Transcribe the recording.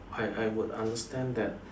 I I would understand that